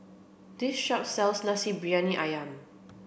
this shop sells Nasi Briyani Ayam